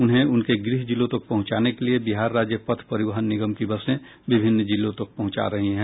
उन्हें उनके गृह जिलों तक पहुंचाने के लिए बिहार राज्य पथ परिवहन निगम की बसें विभिन्न जिलों तक पहुंचा रही है